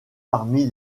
parmi